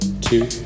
two